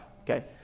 okay